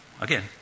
again